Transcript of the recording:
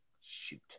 Shoot